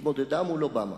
התמודדה מול אובמה,